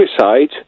suicide